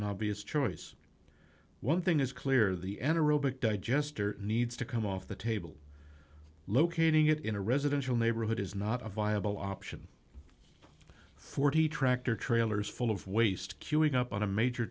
an obvious choice one thing is clear the eneral big digester needs to come off the table locating it in a residential neighborhood is not a viable option forty tractor trailers full of waste queuing up on a major